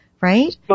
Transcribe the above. right